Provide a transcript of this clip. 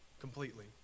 completely